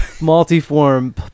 Multiform